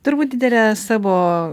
turbūt didelę savo